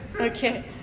okay